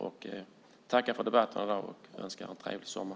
Jag tackar för debatten och önskar en trevlig sommar.